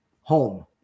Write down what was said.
home